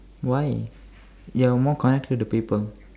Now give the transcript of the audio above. why you're more connected to people